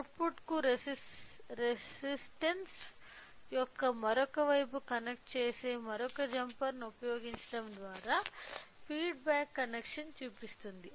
అవుట్పుట్కు రెసిస్టన్స్స్ యొక్క మరొక వైపు కనెక్ట్ చేసే మరొక జంపర్ను ఉపయోగించడం ద్వారా ఫీడ్ బ్యాక్ కనెక్షన్ చూపిస్తుంది